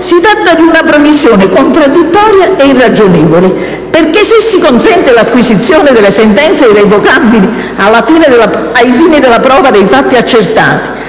Si tratta di una previsione contraddittoria ed irragionevole, poiché se si consente l'acquisizione delle sentenze irrevocabili ai fini della prova dei fatti accertati